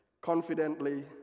confidently